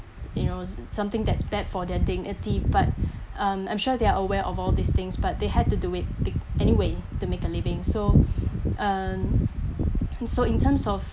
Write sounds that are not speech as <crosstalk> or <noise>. you know something that's bad for their dignity <breath> but <breath> um I'm sure they are aware of all these things but they had to do it b~ anyway to make a living so <breath> um so in terms of